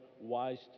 wise